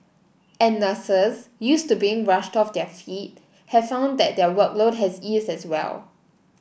and nurses used to being rushed off their feet have found that their workload has eased as well